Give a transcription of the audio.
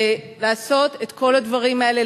ולעשות את כל הדברים האלה,